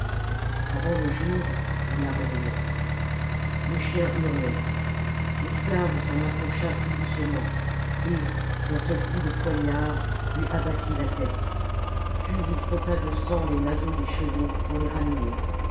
avant le jour il la réveilla le chien hurlait l'esclave s'en approcha tout doucement et d'un seul coup de poignard lui abattit la tête puis il frotta de sang les naseaux des chevaux pour les ranimer